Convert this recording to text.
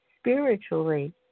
spiritually